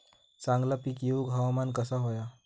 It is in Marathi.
चांगला पीक येऊक हवामान कसा होया?